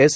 S